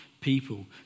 people